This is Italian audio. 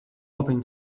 open